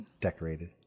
decorated